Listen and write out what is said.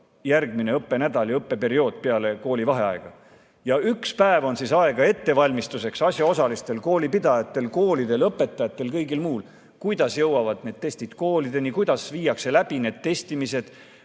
järgmine õppeperiood peale koolivaheaega. Üks päev on aega ettevalmistuseks asjaosalistel, koolipidajatel, koolidel, õpetajatel ja kõigil teistel. Kuidas jõuavad need testid koolidesse, kuidas viiakse läbi testimised,